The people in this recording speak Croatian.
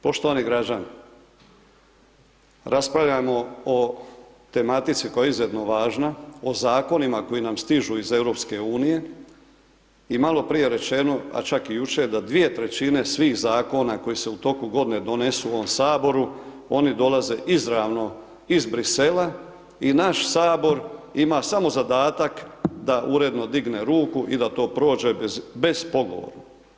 Poštovani građani raspravljamo o tematici koja je izuzetno važna, o zakonima koji nam stižu iz EU i malo prije rečeno, a čak i jučer da 2/3 svih zakona koji se u toku godine donesu u ovom saboru oni dolaze izravno iz Bruxellesa i naš sabor ima samo zadatak da uredno digne ruku i da to prođe bez pogovora.